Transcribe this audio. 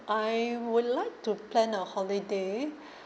I would like to plan a holiday